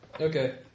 Okay